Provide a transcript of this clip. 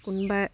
কোনোবা